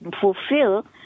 fulfill